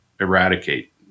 eradicate